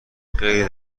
خیلی